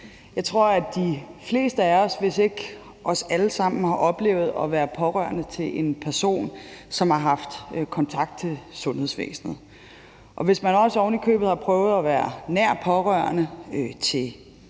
Jeg tror, at de fleste af os, hvis ikke os alle sammen, har oplevet at være pårørende til en person, som har haft kontakt til sundhedsvæsenet, og hvis man ovenikøbet også har prøvet at være nær pårørende til